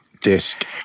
disc